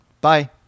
Bye